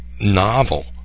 novel